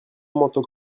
manteau